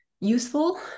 useful